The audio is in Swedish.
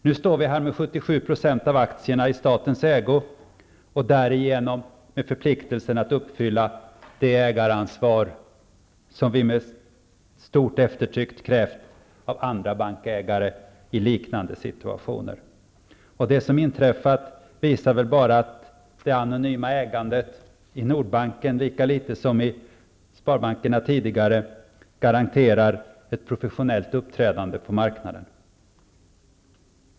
Nu står vi här med 77 % av aktierna i statens ägo och därigenom med förpliktelsen att uppfylla det ägaransvar som vi med stort eftertryck krävt av andra bankägare i liknande situationer. Det som inträffat visar bara att det anonyma ägandet i Nordbanken lika litet som i sparbankerna tidigare garanterar ett professionellt uppträdande på marknaden.